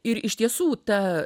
ir iš tiesų ta